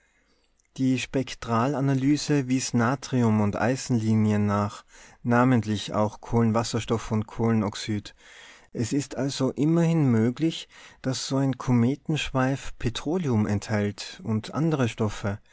die spektralanalyse wies natrium und eisenlinien nach namentlich auch kohlenwasserstoff und kohlenoxyd es ist also immerhin möglich daß so ein kometenschweif petroleum enthält und andere stoffe